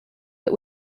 but